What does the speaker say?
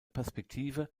perspektive